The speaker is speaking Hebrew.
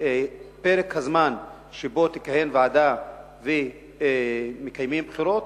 פרק הזמן שבו תכהן ועדה ומקיימים בחירות,